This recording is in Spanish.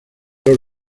los